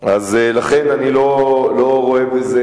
שטח, לכן, אני לא רואה בזה,